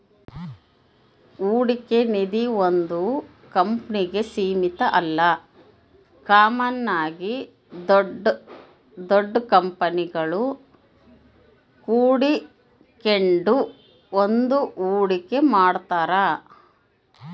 ಹೂಡಿಕೆ ನಿಧೀ ಒಂದು ಕಂಪ್ನಿಗೆ ಸೀಮಿತ ಅಲ್ಲ ಕಾಮನ್ ಆಗಿ ದೊಡ್ ದೊಡ್ ಕಂಪನಿಗುಳು ಕೂಡಿಕೆಂಡ್ ಬಂದು ಹೂಡಿಕೆ ಮಾಡ್ತಾರ